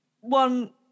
one